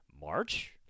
March